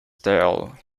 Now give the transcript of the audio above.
tale